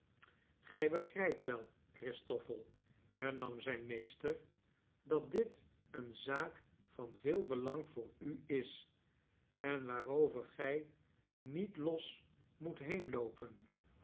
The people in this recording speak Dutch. gij begrijpt wel christoffel hernam zijn meester dat dit eene zaak van veel belang voor u is en waarover gij niet los moet